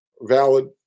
valid